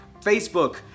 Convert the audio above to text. Facebook